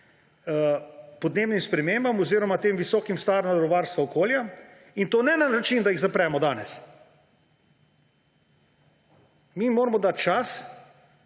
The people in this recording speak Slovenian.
podnebnim spremembam oziroma tem visokim standardom varstva okolja, in to ne na način, da jih danes zapremo. Mi jim moramo dati čas